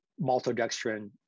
maltodextrin